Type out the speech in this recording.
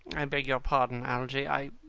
i beg your pardon, algy, i